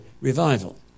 Revival